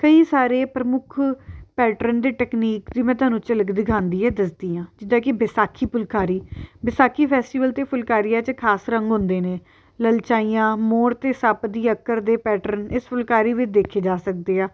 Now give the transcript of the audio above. ਕਈ ਸਾਰੇ ਪ੍ਰਮੁੱਖ ਪੈਟਰਨ ਦੇ ਟਕਨੀਕ ਦੀ ਮੈਂ ਤੁਹਾਨੂੰ ਝਲਕ ਦਿਖਾਉਂਦੀ ਆ ਦੱਸਦੀ ਹਾਂ ਜਿੱਦਾਂ ਕਿ ਵਿਸਾਖੀ ਫੁਲਕਾਰੀ ਵਿਸਾਖੀ ਫੈਸਟੀਵਲ 'ਤੇ ਫੁਲਕਾਰੀਆਂ 'ਚ ਖ਼ਾਸ ਰੰਗ ਹੁੰਦੇ ਨੇ ਲਲਚਾਈਆਂ ਮੋਰ ਅਤੇ ਸੱਪ ਦੀ ਅੱਕਰ ਦੇ ਪੈਟਰਨ ਇਸ ਫੁਲਕਾਰੀ ਵਿੱਚ ਦੇਖੇ ਜਾ ਸਕਦੇ ਆ